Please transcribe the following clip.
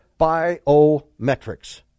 biometrics